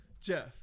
Jeff